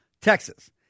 Texas